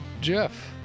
Jeff